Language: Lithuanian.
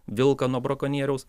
vilką nuo brakonieriaus